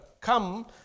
come